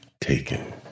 taken